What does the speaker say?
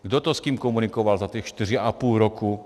Kdo to s kým komunikoval za těch čtyři a půl roku?